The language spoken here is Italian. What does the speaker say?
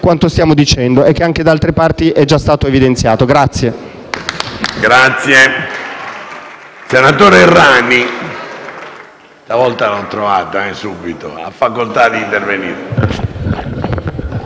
quanto stiamo dicendo e che anche da altre parti è stato evidenziato.